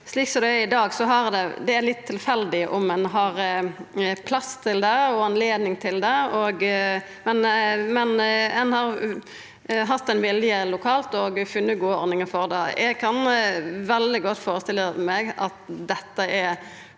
i dag, er det litt tilfeldig om ein har plass eller anledning til det, men ein har hatt ein vilje lokalt og funne gode ordningar for det. Eg kan veldig godt førestilla meg at dette har